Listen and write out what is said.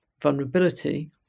vulnerability